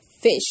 fish